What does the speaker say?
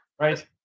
Right